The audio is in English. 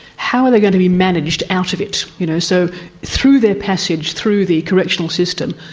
how are they going to be managed out of it? you know so through their passage, through the correctional system,